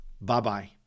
Bye-bye